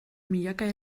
milaka